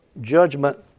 judgment